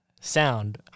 sound